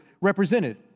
represented